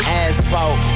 asphalt